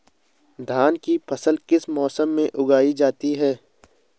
धान की फसल किस मौसम में उगाई जाती है?